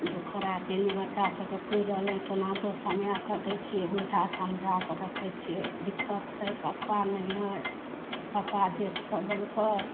जे खोराकी नहि बच्चा सबके पूरि रहलै हन केना कऽ कऽ समय काटै छियै बुझा समझा कऽ रक्खै छियै दिक्कत छै पप्पा नहियो हइ पप्पा डेथ कऽ गेलकै